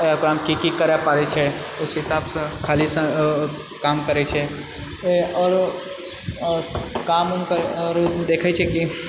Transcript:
ओकरामे कि कि करय पड़ैछे उस हिसाबसे खाली समयमे ओ काम करैछे आओर काम वुम करै आओर देखैछैकि